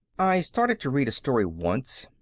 i started to read a story once.